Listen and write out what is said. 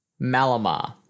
Malamar